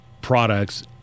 products